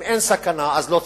אם אין סכנה, לא צריך,